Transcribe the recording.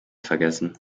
vergessen